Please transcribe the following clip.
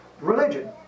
religion